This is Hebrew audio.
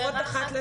הן מוסרות עודפים.